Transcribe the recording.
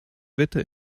wetter